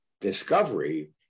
discovery